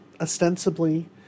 ostensibly